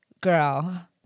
girl